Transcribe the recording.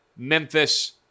Memphis